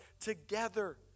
together